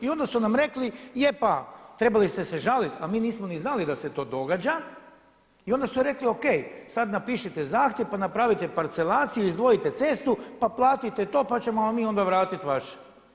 I onda su nam rekli je pa trebali ste se žaliti a mi nismo ni znali da se to događa i onda su rekli ok sad napišite zahtjev pa napravite parcelaciju, izdvojite cestu pa platite to pa vam mi onda vratiti vaše.